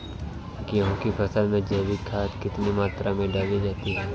गेहूँ की फसल में जैविक खाद कितनी मात्रा में डाली जाती है?